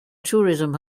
tourism